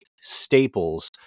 staples